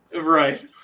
Right